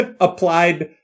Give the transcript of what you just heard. applied